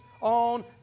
on